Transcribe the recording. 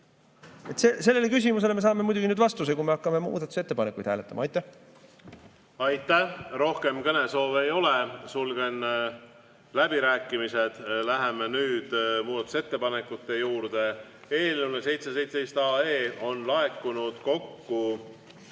Sellele küsimusele me saame muidugi nüüd vastuse, kui me hakkame muudatusettepanekuid hääletama. Aitäh! Aitäh! Rohkem kõnesoove ei ole, sulgen läbirääkimised. Läheme nüüd muudatusettepanekute juurde. Eelnõu 717 kohta on laekunud kokku